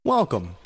Welcome